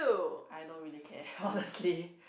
I don't really care honestly